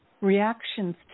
reactions